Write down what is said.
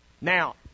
Now